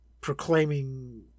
proclaiming